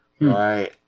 Right